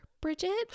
Bridget